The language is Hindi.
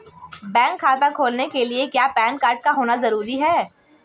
बैंक खाता खोलने के लिए क्या पैन कार्ड का होना ज़रूरी है?